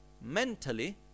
mentally